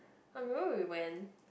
I remember we went